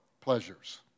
pleasures